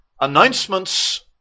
Announcements